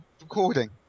recording